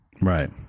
Right